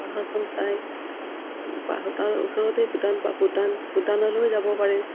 পাহাৰখন চাই তাৰ ওচৰতেই ভূটান ভূটান ভূটানলৈয়ো যাব পাৰে